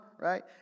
right